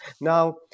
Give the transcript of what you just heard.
Now